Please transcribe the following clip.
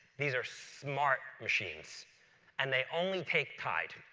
these are smart machines and they only take tide.